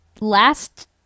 last